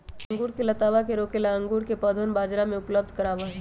अंगूर के लतावा के रोके ला अंगूर के पौधवन बाजार में उपलब्ध होबा हई